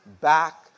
back